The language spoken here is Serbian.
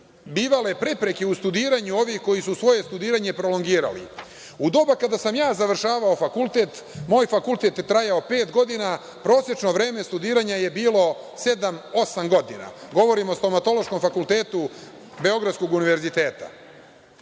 bivale prepreke u studiranju ovih koje su svoje studiranje prolongirali.U doba kada sam ja završavao fakultet, moj fakultet je trajao pet godina, prosečno vreme studiranja je bilo sedam, osam godina. Govorim o Stomatološkom fakultetu Beogradskog Univerziteta. Šta